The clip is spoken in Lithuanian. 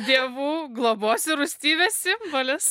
dievų globos ir rūstybės simbolis